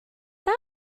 that